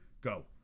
Go